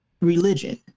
religion